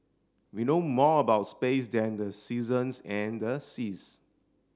we know more about space than the seasons and the seas